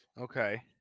Okay